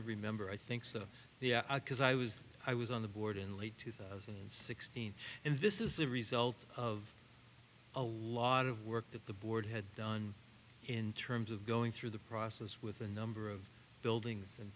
to remember i think some of the aisle because i was i was on the board in late two thousand and sixteen and this is a result of a lot of work that the board had done in terms of going through the process with a number of buildings and